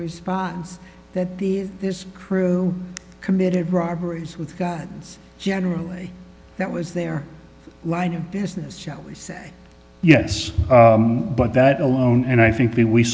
response that these this crew committed robberies with gods generally that was their line of business shall we say yes but that alone and i think when we